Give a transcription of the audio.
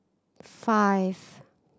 five